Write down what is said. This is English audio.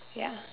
ya